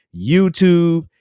YouTube